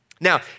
Now